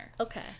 okay